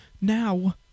Now